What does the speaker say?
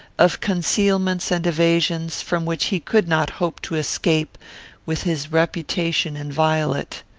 of concealments and evasions, from which he could not hope to escape with his reputation inviolate.